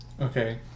Okay